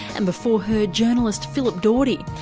and before her journalist philip dawdy,